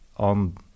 on